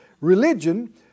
Religion